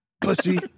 Pussy